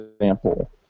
example